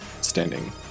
standing